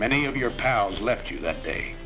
many of your pals left you that day